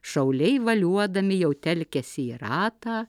šauliai valiuodami jau telkiasi į ratą